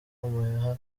umuheha